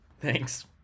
Thanks